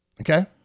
okay